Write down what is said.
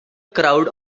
crowd